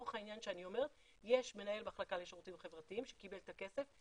לצורך העניין שאני אומרת יש מנהל מחלקה לשירותים חברתיים שקיבל את הכסף,